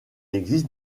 existe